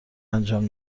انجام